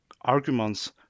arguments